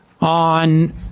on